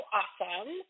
awesome